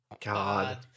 God